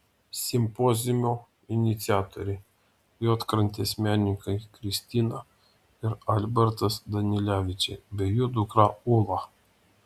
simpoziumo iniciatoriai juodkrantės menininkai kristina ir albertas danilevičiai bei jų dukra ula